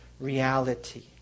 reality